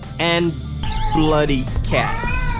and bloody cats.